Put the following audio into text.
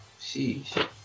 Sheesh